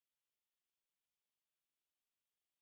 orh the chinese ah